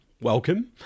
welcome